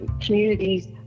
communities